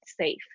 safe